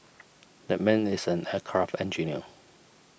that man is an aircraft engineer